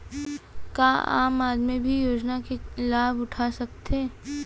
का आम आदमी भी योजना के लाभ उठा सकथे?